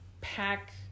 pack